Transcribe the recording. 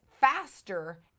faster